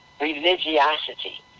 religiosity